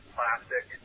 Plastic